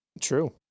true